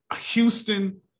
Houston